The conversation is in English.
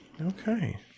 Okay